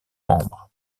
membres